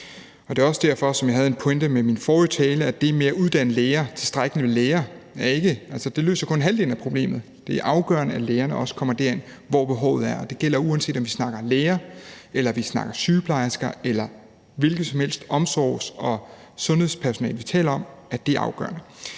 min forrige tale, at det med at uddanne tilstrækkeligt med læger kun løser halvdelen af problemet. Det er afgørende, at lægerne også kommer derhen, hvor behovet er. Og det gælder, uanset om vi snakker læger eller vi snakker sygeplejersker eller hvilket som helst omsorgs- og sundhedspersonale, vi taler om – det er afgørende.